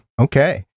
okay